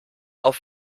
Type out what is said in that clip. auf